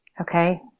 Okay